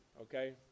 okay